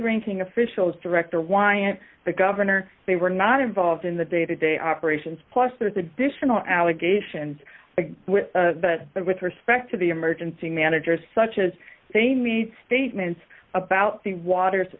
ranking officials director y and the governor they were not involved in the day to day operations plus there's additional allegations but with respect to the emergency managers such as they made statements about the water